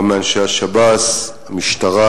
גם לאנשי השב"ס, המשטרה